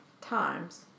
times